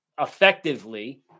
effectively